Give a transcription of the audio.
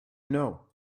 know